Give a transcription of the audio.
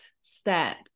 step